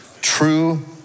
True